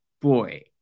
boy